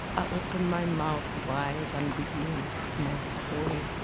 i open my mouth wide and begin my story.